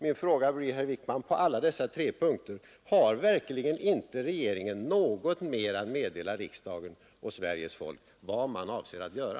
Min fråga blir, herr Wickman, på alla dessa tre punkter: Har verkligen inte regeringen något mer att meddela riksdagen och Sveriges folk om vad man avser göra?